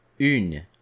une